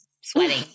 sweating